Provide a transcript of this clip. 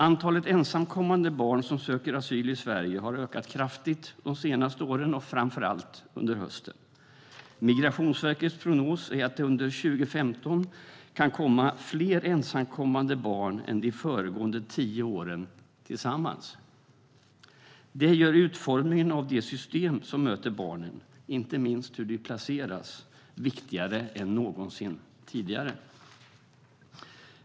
Antalet ensamkommande barn som söker asyl i Sverige har ökat kraftigt de senaste åren, framför allt under den här hösten. Migrationsverkets prognos är att det under 2015 kan komma fler ensamkommande barn än under de föregående tio åren tillsammans. Det gör utformningen av de system som möter barnen - inte minst hur de placeras - viktigare än någonsin tidigare.